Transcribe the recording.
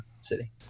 city